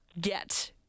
get